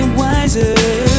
wiser